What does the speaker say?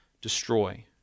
destroy